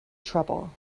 trouble